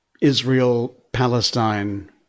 Israel-Palestine